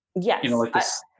Yes